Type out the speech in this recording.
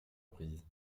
reprises